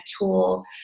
tool